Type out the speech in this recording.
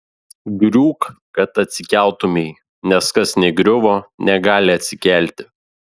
griūk kad atsikeltumei nes kas negriuvo negali atsikelti